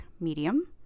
medium